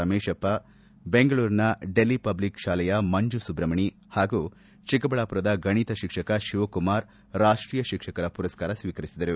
ರಮೇಶಪ್ಪ ಬೆಂಗಳೂರಿನ ಡೆಲ್ಲಿ ಪಬ್ಲಿಕ್ ಶಾಲೆಯ ಮಂಜು ಸುಬ್ರಮಣೆ ಪಾಗೂ ಚಿಕ್ಕಬಳ್ಳಾಮರದ ಗಣಿತ ಶಿಕ್ಷಕ ಶಿವಕುಮಾರ್ ರಾಷ್ಟೀಯ ಶಿಕ್ಷಕರ ಮರಸ್ಕಾರ ಸ್ವೀಕರಿಸಿದರು